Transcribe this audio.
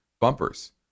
bumpers